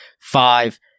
five